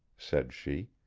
said she.